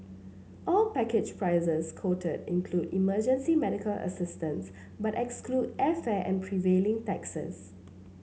all package prices quoted include emergency medical assistance but exclude airfare and prevailing taxes